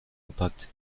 gepackt